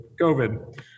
COVID